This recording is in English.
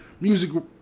music